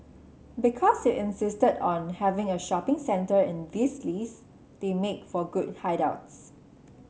because you insisted on having a shopping centre in this list they make for good hideouts